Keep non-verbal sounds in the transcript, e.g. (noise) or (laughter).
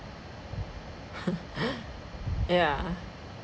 (laughs) yeah